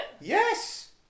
Yes